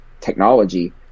technology